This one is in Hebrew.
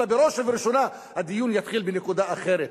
אלא בראש ובראשונה הדיון יתחיל בנקודה אחרת,